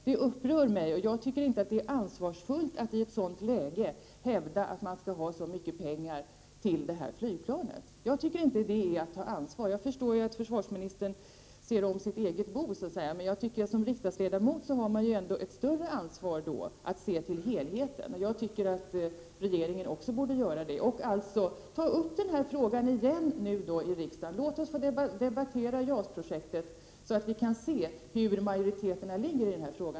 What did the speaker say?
Det upprör mig, och jag tycker inte att det är ansvarsfullt att i ett sådant läge hävda att vi har så mycket pengar till det här flygplanet. Det innebär inte att man tar ansvar. Jag förstår att försvarsministern vill se om sitt eget bo. Som riksdagsledamot har man ett större ansvar att se till helheten. Jag tycker att regeringen också borde göra det och alltså ta upp frågan igen i riksdagen. Låt oss få debattera JAS-projektet, så att vi får se hur det är med majoriteterna i dag.